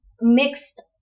mixed